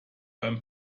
beim